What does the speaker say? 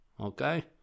Okay